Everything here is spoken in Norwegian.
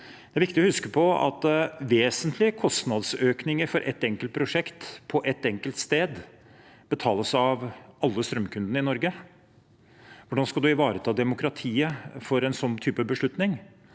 Det er viktig å huske på at vesentlige kostnadsøkninger for ett enkelt prosjekt på ett enkelt sted betales av alle strømkundene i Norge. Hvordan skal en ivareta demokratiet ved den typen beslutning?